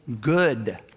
good